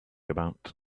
about